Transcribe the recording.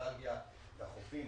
נוסטלגיה לחופים.